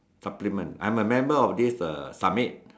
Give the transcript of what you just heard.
supplement I am a member of this a submit